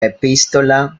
epístola